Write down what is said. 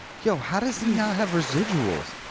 yo, how does he not have residuals?